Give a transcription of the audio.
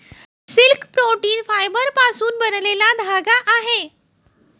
silk protein फायबरपासून बनलेला धागा आहे